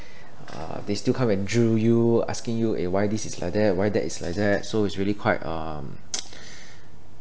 uh they still come and drill you asking you eh why this is like that why that is like that so it's really quite uh